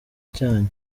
cyanyu